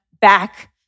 back